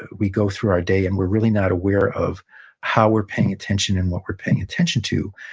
we go through our day, and we're really not aware of how we're paying attention and what we're paying attention to.